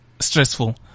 stressful